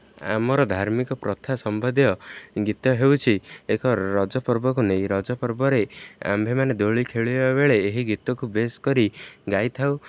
ଆମର ଧାର୍ମିକ ପ୍ରଥା ସମ୍ବନ୍ଧୀୟ ଗୀତ ହେଉଛି ଏକ ରଜପର୍ବକୁ ନେଇ ରଜପର୍ବରେ ଆମ୍ଭେମାନେ ଦୋଳି ଖେଳିବା ବେଳେ ଏହି ଗୀତକୁ ବେଶ୍ କରି ଗାଇଥାଉ